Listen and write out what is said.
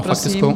prosím.